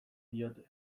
diote